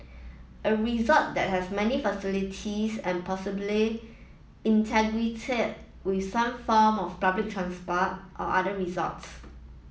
a resort that has many facilities and possibly integrated with some form of public transport or other resorts